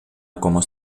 ακόμα